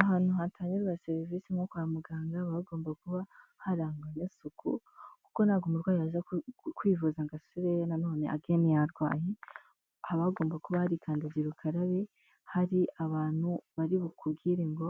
Ahantu hatangirwa serivisi nko kwa muganga, baba hagomba kuba harangwa n' isuku kuko ntabwo umurwayi yaza kwivuza ngo asubire nanone agende yarwaye, haba hagomba kuba hari kandagira ukarabe, hari abantu bari bukubwire ngo,